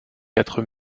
quatre